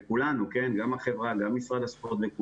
גם משרד הספורט והמתנ"סים,